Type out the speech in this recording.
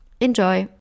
Enjoy